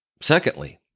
Secondly